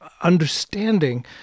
understanding